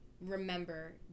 remember